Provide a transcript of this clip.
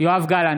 יואב גלנט,